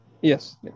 Yes